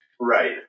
Right